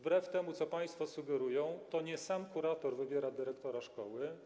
Wbrew temu, co państwo sugerują, to nie sam kurator wybiera dyrektora szkoły.